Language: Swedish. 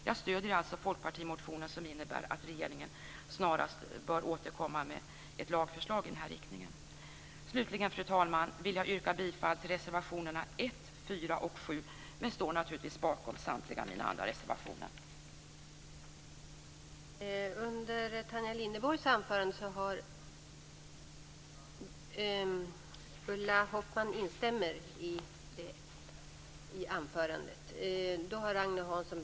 Jag stöder alltså folkpartimotionen som innebär att regeringen snarast bör återkomma med ett lagförslag i den här riktningen. Fru talman! Slutligen vill jag yrka bifall till reservationerna 1, 4 och 7, men står naturligtvis bakom samtliga mina andra reservationer också.